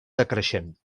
decreixent